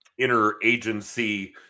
interagency